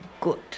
good